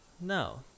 no